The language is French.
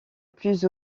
plus